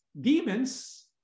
demons